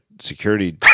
security